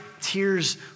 tears